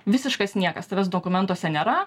visiškas niekas tavęs dokumentuose nėra